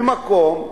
במקום,